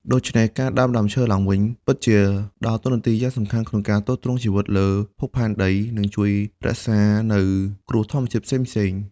ដូច្នេះការដាំដើមឈើឡើងវិញពិតជាដើរតួនាទីយ៉ាងសំខាន់ក្នុងការទ្រទ្រង់ជីវិតលើភពផែនដីនិងជួយរក្សានៅគ្រោះធម្មជាតិផ្សេងៗ។